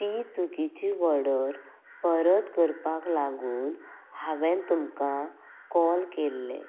ती चुकिची वॉर्डर परत करपाक लागून हांवेन तुमकां कॉल केल्लें